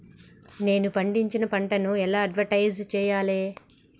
నేను పండించిన పంటను ఎలా అడ్వటైస్ చెయ్యాలే?